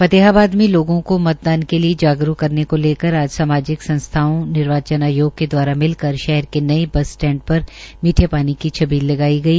फतेहाबाद में लोगों को मतदान के लिए जागरुक करने को लेकर आज सामाजिक संस्थाओं निर्वाचन आयोग के द्वारा मिलकर शहर के नए बस स्टैंड पर मीठे पानी की छबील लगाई गई